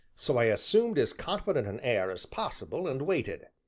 so i assumed as confident an air as possible and waited.